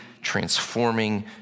transforming